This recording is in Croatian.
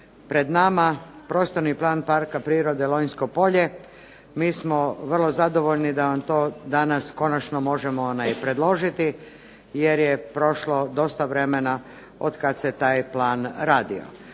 pred nama prostorni plan Parka prirode Lonjsko polje. Mi smo vrlo zadovoljni da vam to danas konačno možemo predložiti, jer je prošlo dosta vremena od kad se taj plan radio.